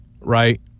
Right